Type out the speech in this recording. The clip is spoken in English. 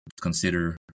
consider